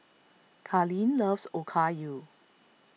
Carleen loves Okayu